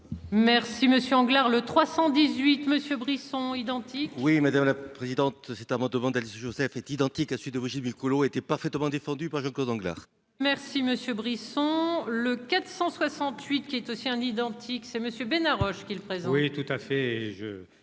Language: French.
Merci monsieur Anglerre, le 318 monsieur Brisson identique. Oui, madame la présidente, c'est avant de vandalisme Joseph est identique à celui de Brigitte Bill Coulon étaient parfaitement défendus par Jean-Claude anglais. Merci monsieur Brisson le 468 qui est aussi un identique c'est Monsieur Bénard Roche qui le prennent. Oui, tout à fait